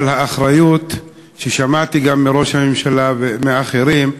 אבל האחריות ששמעתי, גם מראש הממשלה ומאחרים,